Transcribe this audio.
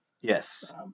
Yes